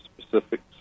specifics